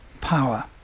power